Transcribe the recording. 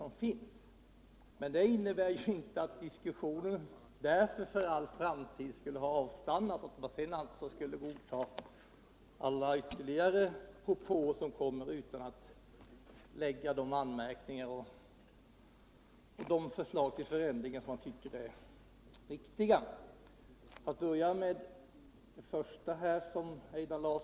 Men det innebär inte att diskussionen därför skulle ha avstannat för äll framtid och att vi skulle godta alla ytterligare propåer utan några anmärkningar och utan att komma med de förslag till förbättringar som vi tycker är riktiga. Låt mig börja med det som Einar Larsson först sade.